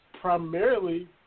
primarily